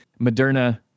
Moderna